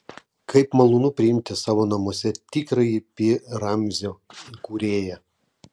kaip malonu priimti savo namuose tikrąjį pi ramzio kūrėją